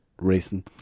racing